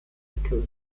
nickel